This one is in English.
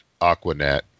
Aquanet